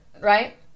right